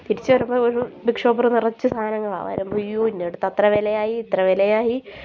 തിരിച്ച് വരുമ്പം ഒരു ബിഗ്ഷോപ്പർ നിറച്ച് സാധനങ്ങളാണ് വരുമ്പോൾ അയ്യോ ഇന്നയിടത്ത് അത്ര വിലയായി ഇത്ര വിലയായി